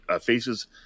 faces